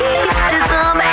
Racism